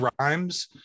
rhymes